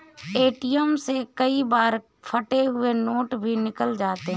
ATM से कई बार फटे हुए नोट भी निकल जाते हैं